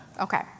Okay